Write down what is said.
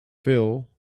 fill